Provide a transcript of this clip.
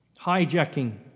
hijacking